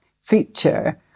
feature